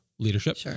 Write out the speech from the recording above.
leadership